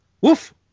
Woof